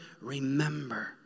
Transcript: remember